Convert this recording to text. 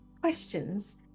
questions